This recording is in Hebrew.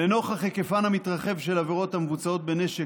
לנוכח היקפן המתרחב של עבירות המבוצעות בנשק,